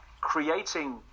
creating